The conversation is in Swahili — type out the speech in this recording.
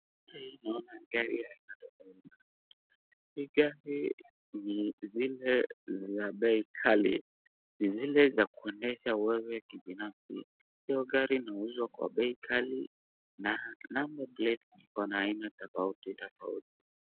Picha hii naona gari aina tofautitofauti, hii gari ni zile za bei ghali, ni zile za kuendesha wewe kibinafsi, hiyo gari inauzwa kwa bei ghali na number plate iko na aina tofautitofauti.